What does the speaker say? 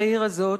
בעיר הזאת,